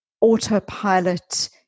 autopilot